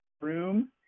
room